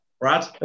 Brad